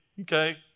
Okay